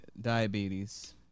diabetes